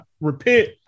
repent